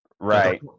Right